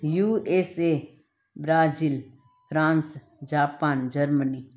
USA Brazil France Japan Germany